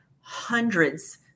hundreds